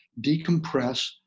decompress